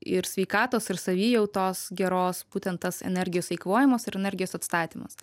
ir sveikatos ir savijautos geros būtent tas energijos eikvojimas ir energijos atstatymas